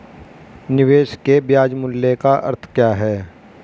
निवेश के ब्याज मूल्य का अर्थ क्या है?